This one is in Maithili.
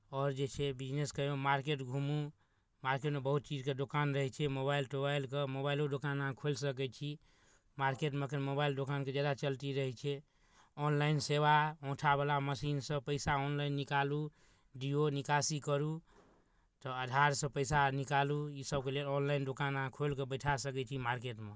आओर जे छै बिजनेस करयमे मार्केट घूमू मार्केटमे बहुत चीजके दोकान रहै छै मोबाइल तोबाइलके मोबाइलो दोकान अहाँ खोलि सकै छी मार्केटमे एखन मोबाइल दोकानके ज्यादा चलती रहै छै ऑनलाइन सेवा औँठावला मशीनसँ पैसा ऑनलाइन निकालू दियौ निकासी करू तऽ आधारसँ पैसा निकालू ईसभके लेल ऑनलाइन दोकान अहाँ खोलि कऽ बैठा सकै छी मार्केटमे